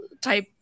type